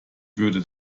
würde